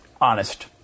honest